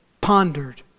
pondered